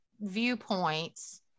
viewpoints